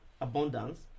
abundance